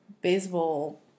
Baseball